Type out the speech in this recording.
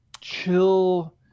chill